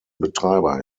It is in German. betreiber